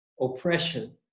oppression